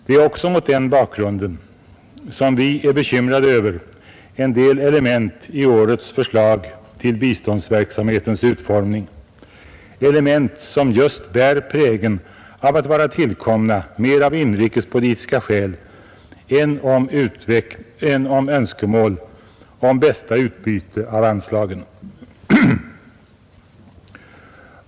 Det är också mot den bakgrunden som vi är bekymrade över en del element i årets förslag till biståndsverksam hetens utformning, element som just bär prägeln av att vara tillkomna mera av inrikespolitiska skäl än av önskemål om bästa utbyte av anslagen.